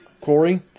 Corey